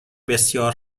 بسیار